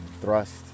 thrust